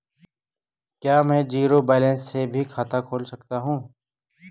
क्या में zero balance से भी खाता खोल सकता हूँ?